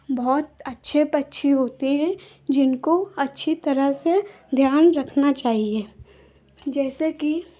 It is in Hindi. बहुत अच्छे पक्षी होते हैं जिनको अच्छी तरह से ध्यान रखना चाहिए जैसे कि